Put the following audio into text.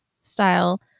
style